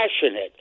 passionate